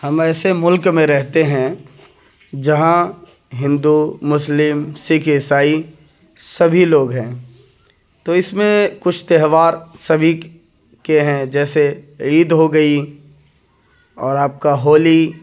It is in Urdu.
ہم ایسے ملک میں رہتے ہیں جہاں ہندو مسلم سکھ عیسائی سبھی لوگ ہیں تو اس میں کچھ تہوار سبھی کے ہیں جیسے عید ہو گئی اور آپ کا ہولی